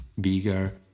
bigger